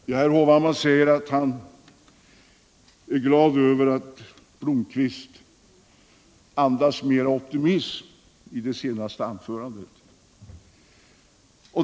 Herr talman! Erik Hovhammar sade att han är glad över att Arne Blomkvist andas mera optimism i det senaste anförandet.